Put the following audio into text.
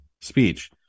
speech